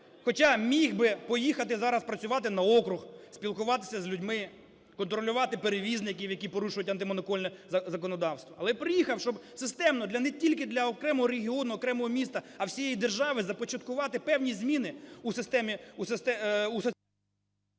хоча міг поїхати зараз працювати на округ, спілкуватися з людьми, контролювати перевізників, які порушують антимонопольне законодавство, але приїхав, щоб системно, не тільки для окремого регіону, окремого міста, а всієї держави, започаткувати певні зміни у системі,